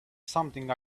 something